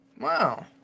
Wow